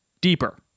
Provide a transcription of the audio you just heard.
deeper